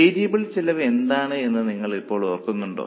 variable ചെലവ് എന്താണെന്ന് നിങ്ങൾ ഇപ്പോൾ ഓർക്കുന്നുണ്ടോ